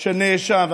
של נאשם.